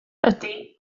ydy